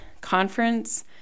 conference